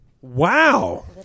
Wow